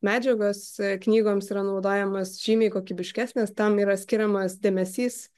medžiagos knygoms yra naudojamos žymiai kokybiškesnės tam yra skiriamas dėmesys